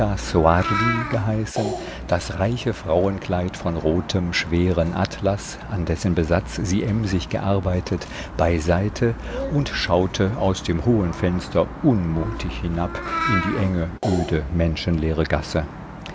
geheißen das reiche frauenkleid von rotem schweren atlas an dessen besatz sie emsig gearbeitet beiseite und schaute aus dem hohen fenster unmutig hinab in die enge öde menschenleere gasse